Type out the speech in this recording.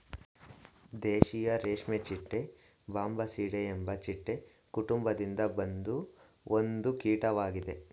ದೇಶೀಯ ರೇಷ್ಮೆಚಿಟ್ಟೆ ಬಾಂಬಿಸಿಡೆ ಎಂಬ ಚಿಟ್ಟೆ ಕುಟುಂಬದಿಂದ ಬಂದ ಒಂದು ಕೀಟ್ವಾಗಿದೆ